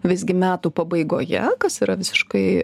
visgi metų pabaigoje kas yra visiškai